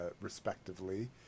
respectively